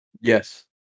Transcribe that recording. Yes